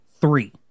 three